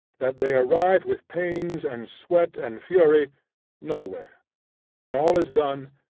that they arrive with pains and sweat and fury nowhere when all is done,